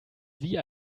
wie